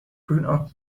bruno